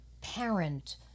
parent